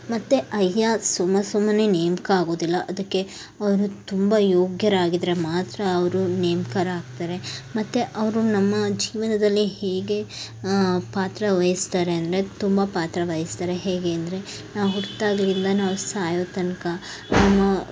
ಮತ್ತು ಅಯ್ಯಾ ಸುಮ್ಮ ಸುಮ್ಮನೆ ನೇಮಕ ಆಗುವುದಿಲ್ಲ ಅದಕ್ಕೆ ಒಂದು ತುಂಬ ಯೋಗ್ಯರಾಗಿದ್ದರೆ ಮಾತ್ರ ಅವರು ನೇಮಕವಾಗ್ತಾರೆ ಮತ್ತು ಅವರು ನಮ್ಮ ಜೀವನದಲ್ಲಿ ಹೇಗೆ ಪಾತ್ರವಹಿಸ್ತಾರೆ ಅಂದರೆ ತುಂಬ ಪಾತ್ರವಹಿಸ್ತಾರೆ ಹೇಗೆ ಅಂದರೆ ನಾವು ಹುಟ್ಟಿದಾಗ್ಲಿಂದ ನಾವು ಸಾಯೋ ತನಕ ನಮ್ಮ